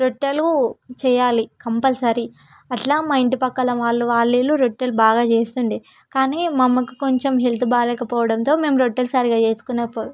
రొట్టెలు చేయాలి కంపల్సరీ అట్లా మా ఇంటి పక్కల వాళ్ళు వీళ్ళు రొట్టెలు బాగా చేస్తుండేది కానీ మా అమ్మకు కొంచం హెల్త్ బాగోలేక పోవడంతో మేము రొట్టెలు సరిగా చేసుకొనకపోవు